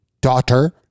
daughter